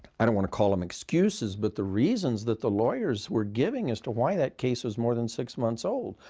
i don't want to call them excuses but the reasons that the lawyers were giving as to why that case is more than six months old.